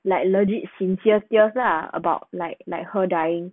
like legit sincere tears lah about like like her dying